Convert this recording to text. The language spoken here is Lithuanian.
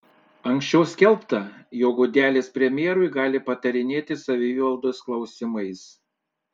anksčiau skelbta jog gudelis premjerui gali patarinėti savivaldos klausimais